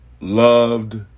loved